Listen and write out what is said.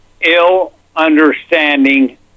ill-understanding